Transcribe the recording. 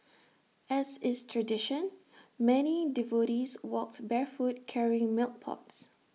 as is tradition many devotees walked barefoot carrying milk pots